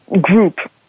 group